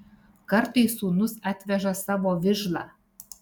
kartais sūnus atveža savo vižlą